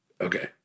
okay